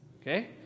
okay